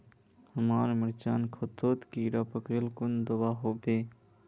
हमार मिर्चन खेतोत कीड़ा पकरिले कुन दाबा दुआहोबे?